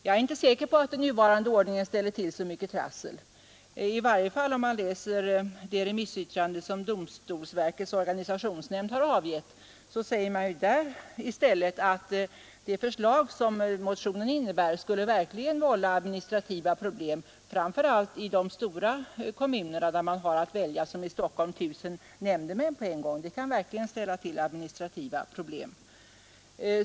Jag är inte säker på att den nuvarande ordningen ställer till så mycket trassel. I varje fall säger domstolsväsendets organisationsnämnd i sitt remissyttrande i stället att det förslag som motionen innebär verkligen skulle vålla administrativa problem, framför allt i de stora kommunerna, exempelvis Stockholm där man har att välja 1000 nämndemän på en gång. Det kan verkligen ställa till administrativa problem.